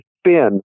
spin